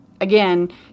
again